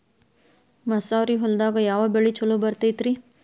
ಮಸಾರಿ ಹೊಲದಾಗ ಯಾವ ಬೆಳಿ ಛಲೋ ಬರತೈತ್ರೇ?